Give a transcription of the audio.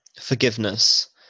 Forgiveness